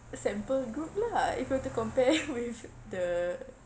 sample group lah if you were to compare with the